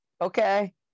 okay